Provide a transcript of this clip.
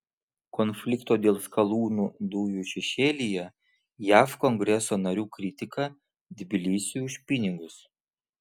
konflikto dėl skalūnų dujų šešėlyje jav kongreso narių kritika tbilisiui už pinigus